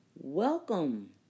Welcome